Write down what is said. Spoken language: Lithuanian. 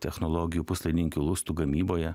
technologijų puslaidininkių lustų gamyboje